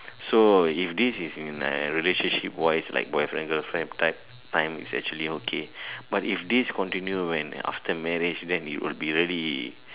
so if this is in a relationship wise like boyfriend girlfriend type I'm is actually okay but if this continue after marriage then would be very